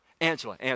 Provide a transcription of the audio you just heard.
Angela